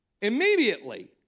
immediately